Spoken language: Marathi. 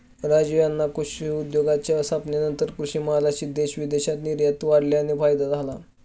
राजीव यांना कृषी उद्योगाच्या स्थापनेनंतर कृषी मालाची देश विदेशात निर्यात वाढल्याने फायदा झाला